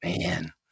Man